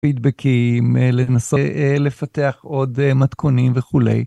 פידבקים לנסות לפתח עוד מתכונים וכולי.